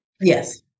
yes